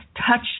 touch